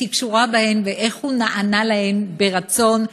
קשורה בהן ואיך הוא נענה להן ברצון,